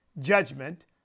judgment